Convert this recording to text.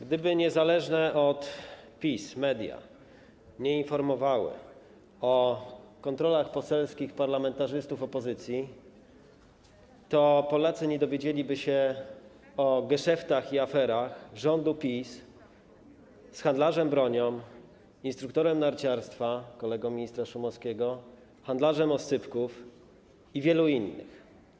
Gdyby niezależne od PiS media nie informowały o kontrolach poselskich parlamentarzystów opozycji, to Polacy nie dowiedzieliby się o geszeftach i aferach rządu PiS z handlarzem bronią, instruktorem narciarstwa, kolegą ministra Szumowskiego, handlarzem oscypków i wielu innych.